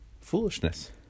Foolishness